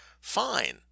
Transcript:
fine